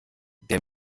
der